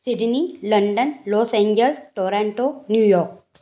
Sydney London Los Angeles Toronto New York